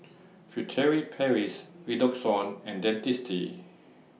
Furtere Paris Redoxon and Dentiste